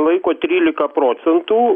laiko trylika procentų